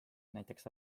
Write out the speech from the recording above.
näiteks